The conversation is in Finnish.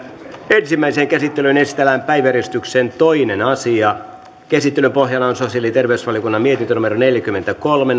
ensimmäiseen käsittelyyn esitellään päiväjärjestyksen toinen asia käsittelyn pohjana on sosiaali ja terveysvaliokunnan mietintö neljäkymmentäkolme